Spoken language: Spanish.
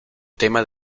tema